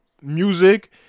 music